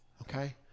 Okay